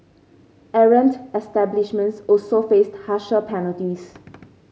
errant establishments also faced harsher penalties